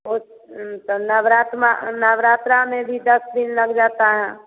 ओ तो नवरात में नवरात्रा में भी दस दिन लग जाता है